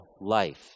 life